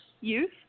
youth